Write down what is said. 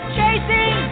chasing